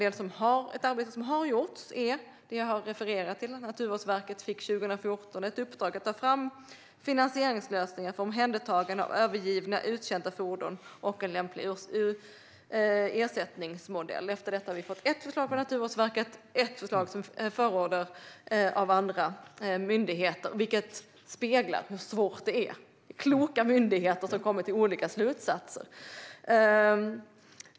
Ett arbete som har gjorts är det jag har refererat till. Naturvårdsverket fick år 2014 ett uppdrag att ta fram finansieringslösningar för omhändertagande av övergivna uttjänta fordon och en lämplig ersättningsmodell. Efter det har vi fått ett förslag från Naturvårdsverket och ett förslag som förordas av andra myndigheter, vilket speglar hur svårt det är. Det är kloka myndigheter som kommer till olika slutsatser.